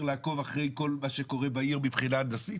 לעקוב אחרי כל מה שקורה בעיר מבחינה הנדסית?